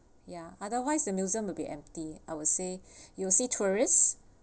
ya otherwise the museums will be empty I would say you'll see tourists